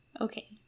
Okay